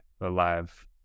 alive